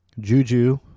Juju